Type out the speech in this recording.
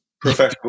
professional